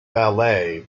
ballet